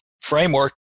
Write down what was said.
framework